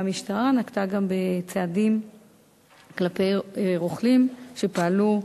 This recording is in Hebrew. והמשטרה נקטה גם צעדים כלפי רוכלים שפעלו,